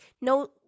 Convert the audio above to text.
No